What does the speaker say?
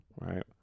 right